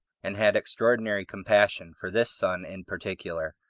and had extraordinary compassion for this son in particular.